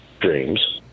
dreams